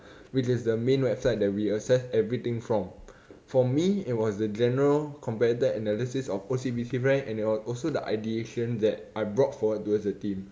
which is the main website that we access everything from for me it was the general competitor analysis of O_C_B_C frank and also the ideation that I brought forward towards the team